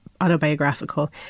autobiographical